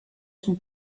son